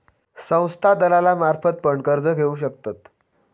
संस्था दलालांमार्फत पण कर्ज घेऊ शकतत